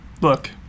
Look